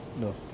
no